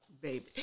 baby